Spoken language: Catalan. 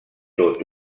tot